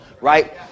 right